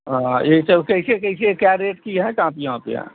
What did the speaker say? हाँ यही सब कैसे कैसे क्या रेट की हैं कापियाँ ओपियाँ